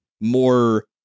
more